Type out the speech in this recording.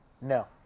no